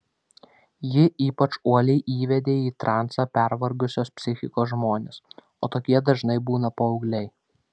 ji ypač uoliai įveda į transą pervargusios psichikos žmones o tokie dažnai būna paaugliai